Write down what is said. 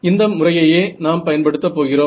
இந்த முறையையே நாம் பயன்படுத்த போகிறோம்